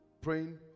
praying